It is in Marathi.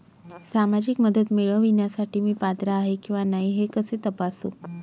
सामाजिक मदत मिळविण्यासाठी मी पात्र आहे किंवा नाही हे कसे तपासू?